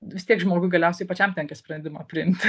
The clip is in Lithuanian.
vis tiek žmogui galiausiai pačiam tenka sprendimą priimti